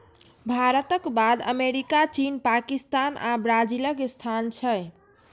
भारतक बाद अमेरिका, चीन, पाकिस्तान आ ब्राजीलक स्थान छै